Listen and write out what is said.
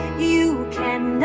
you can